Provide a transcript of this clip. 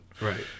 right